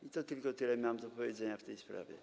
I to tylko tyle miałem do powiedzenia w tej sprawie.